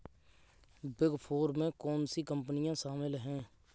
Big four में कौन सी कंपनियाँ शामिल हैं?